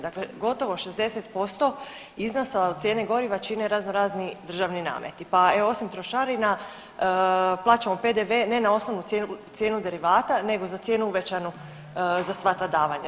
Dakle, gotovo 60% iznosa od cijene goriva čine razno razni državni nameti, pa osim trošarina plaćamo PDV ne na osnovnu cijenu derivata nego za cijenu uvećanu za sva ta davanja.